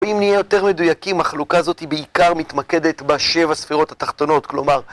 אם נהיה יותר מדויקים, החלוקה הזאת בעיקר מתמקדת בשבע ספירות התחתונות, כלומר...